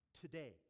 today